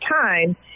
time